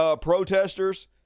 protesters